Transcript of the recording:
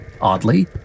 oddly